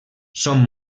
són